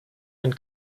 ein